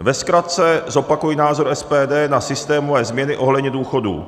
Ve zkratce zopakuji názor SPD na systémové změny ohledně důchodů.